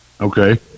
Okay